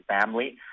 family